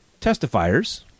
testifiers